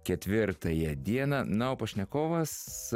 ketvirtąją dieną na o pašnekovas